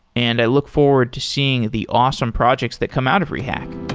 and i look forward to seeing the awesome projects that come out of rehack